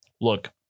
look